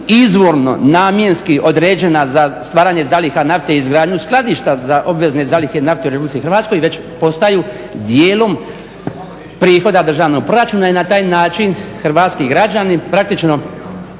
izvorno namjenski određena za stvaranje zaliha nafte i izgradnju skladišta za obvezne zalihe nafte u Republici Hrvatskoj, već postaju dijelom prihoda državnog proračuna i na taj način hrvatski građani praktično